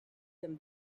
them